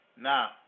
Now